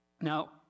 Now